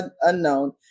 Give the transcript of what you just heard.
unknown